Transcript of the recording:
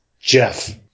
Jeff